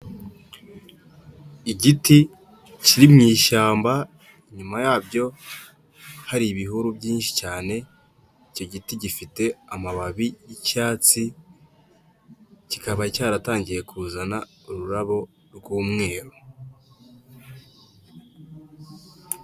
Igiti kiri mu ishyamba, inyuma yabyo hari ibihuru byinshi cyane, icyo giti gifite amababi y' icyatsi, kikaba cyaratangiye kuzana ururabo rw'umweru.